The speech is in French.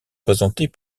présentés